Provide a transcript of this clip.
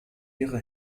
ihre